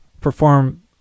perform